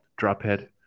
drophead